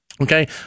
Okay